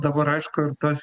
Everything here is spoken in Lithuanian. dabar aišku ir tas